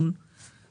שאומר על